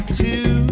two